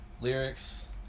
lyrics